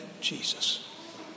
Jesus